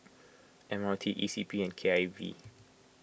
M R T E C P and K I V